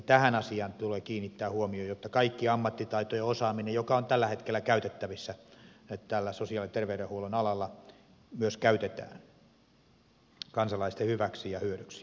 tähän asiaan tulee kiinnittää huomio jotta kaikki ammattitaito ja osaaminen joka on tällä hetkellä käytettävissä sosiaali ja terveydenhuollon alalla käytetään kansalaisten hyväksi ja hyödyksi